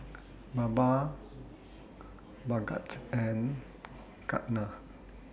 Baba Bhagat and Ketna